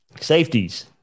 Safeties